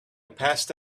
passed